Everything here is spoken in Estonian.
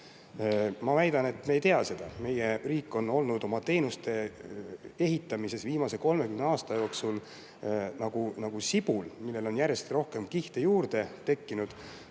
Ma väidan, et me ei tea seda. Meie riik on olnud oma teenuste ehitamisel viimase 30 aasta jooksul nagu sibul, millele on järjest rohkem kihte juurde tekkinud,